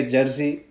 Jersey